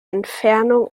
entfernung